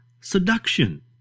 Seduction